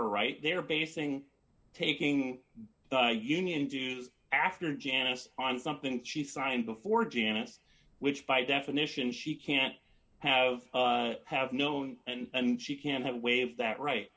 her right there basing taking union dues after janice on something she signed before janet's which by definition she can't have have known and she can't have waived that right